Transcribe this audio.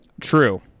true